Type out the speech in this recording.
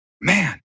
Man